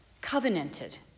covenanted